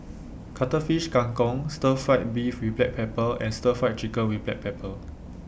Cuttlefish Kang Kong Stir Fry Beef with Black Pepper and Stir Fried Chicken with Black Pepper